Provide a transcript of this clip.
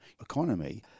economy